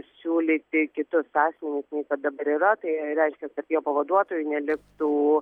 siūlyti kitus asmenis nei kad dabar yra tai reiškia kad jo pavaduotoju neliktų